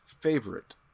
favorite